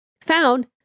found